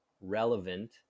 relevant